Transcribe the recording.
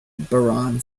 baron